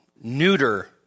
neuter